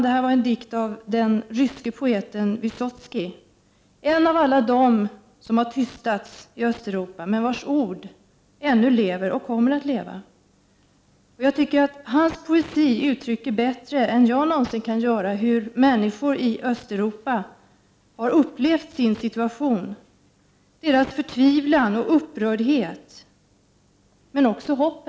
Det här var en dikt av den ryske poeten Vysotskij, en av alla dem som har tystats i Östeuropa men vars ord ännu lever och kommer att leva. Hans poesi uttrycker bättre än jag någonsin kan göra hur människor i Östeuropa har upplevt sin situation, den uttrycker deras förtvivlan och upprördhet men också deras hopp.